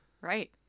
Right